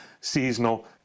seasonal